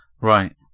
Right